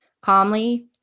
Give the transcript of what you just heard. calmly